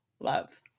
love